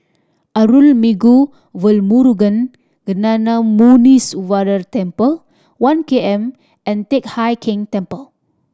Arulmigu Velmurugan Gnanamuneeswarar Temple One K M and Teck Hai Keng Temple